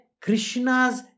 Krishna's